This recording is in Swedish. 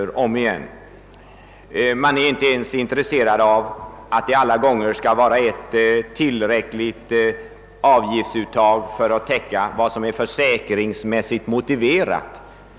De borgerliga är inte ens intresserade av att avgiftsuttaget alltid skall göras tillräckligt stort för att täcka vad som är försäkringsmässigt motiverat.